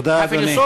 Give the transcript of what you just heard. תודה, אדוני.